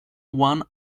one